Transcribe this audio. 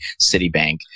Citibank